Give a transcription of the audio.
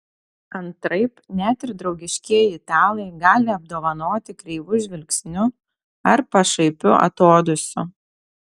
antraip net ir draugiškieji italai gali apdovanoti kreivu žvilgsniu ar pašaipiu atodūsiu